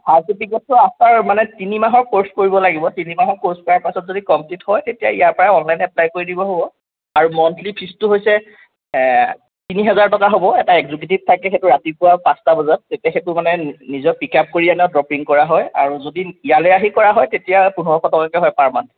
চাৰ্টিফিকেটটো আমাৰ মানে তিনিমাহৰ কৰ্চ কৰিব লাগিব তিনি মাহৰ ক'ৰ্চ কৰাৰ পাছত যদি কমপ্লিট হয় তেতিয়া ইয়াৰপৰাই অনলাইন এপ্লাই কৰি দিলেও হ'ব আৰু মান্থলি ফিজটো হৈছে তিনি হেজাৰ টকা হ'ব এটা এক্জিকিউটিভ থাকে সেইটো ৰাতিপুৱা পাঁচটা বজাত তেতিয়া সেইটো মানে নিজৰ পিক আপ কৰি আনে আৰু ড্ৰপিং কৰা হয় আৰু যদি ইয়ালৈ আহি কৰা হয় তেতিয়া পোন্ধৰশ টকাকৈ হয় পাৰ মান্থ